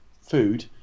Food